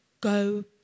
go